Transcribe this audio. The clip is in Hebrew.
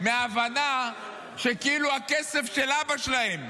מההבנה שכאילו הכסף של אבא שלהם,